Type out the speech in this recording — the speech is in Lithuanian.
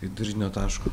vidurinio taško